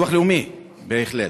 של הביטוח הלאומי, בהחלט.